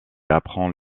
apprend